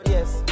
Yes